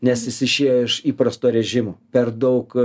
nes jis išėjo iš įprasto režimo per daug